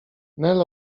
nel